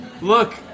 look